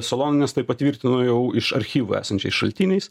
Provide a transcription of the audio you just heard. soloninas tai patvirtino jau iš archyvų esančiais šaltiniais